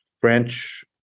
French